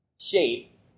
shape